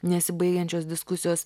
nesibaigiančios diskusijos